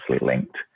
linked